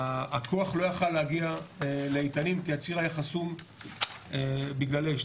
שלב הכוח לא יכל להגיע לאיתנים כי הציר היה חסום בגלל אש.